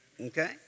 Okay